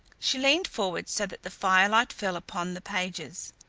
she leaned forward so that the firelight fell upon the pages.